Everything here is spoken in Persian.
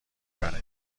بره